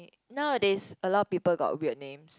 now there's a lot of people got weird name